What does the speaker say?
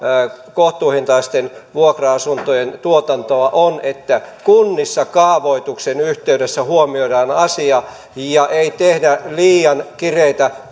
kohtuuhintaisten vuokra asuntojen tuotantoa on se että kunnissa kaavoituksen yhteydessä huomioidaan asia ja ei tehdä liian kireitä